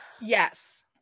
Yes